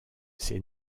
ses